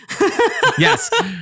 Yes